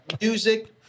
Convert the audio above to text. music